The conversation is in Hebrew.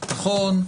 נכון,